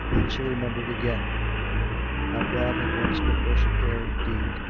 then she remembered again how god had once been worshipped there indeed,